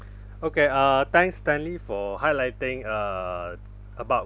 okay uh thanks stanley for highlighting uh about